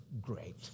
great